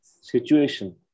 situation